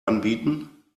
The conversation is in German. anbieten